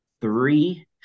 three